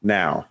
now